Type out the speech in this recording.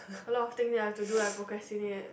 a lot of things ya to do to like procrastinate